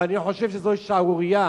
ואני חושב שזו שערורייה